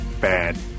Bad